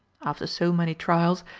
after so many trials,